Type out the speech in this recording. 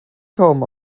kaum